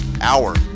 hour